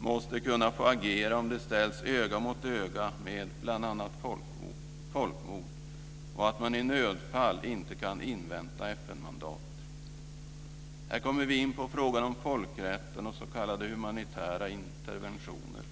måste kunna få agera om de ställs öga mot öga med bl.a. folkmord och att man i nödfall inte kan invänta FN-mandat. Här kommer vi in på frågan om folkrätten och s.k. humanitära interventioner.